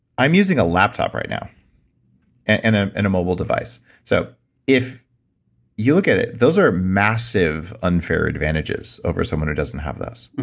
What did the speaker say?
i'm using a laptop right now and ah and a mobile device. so if you look at it, those are massive, unfair advantages over someone who doesn't have this,